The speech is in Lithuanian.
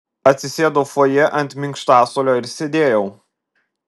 atsisėdau fojė ant minkštasuolio ir sėdėjau